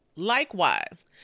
Likewise